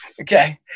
Okay